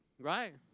right